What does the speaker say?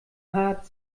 hart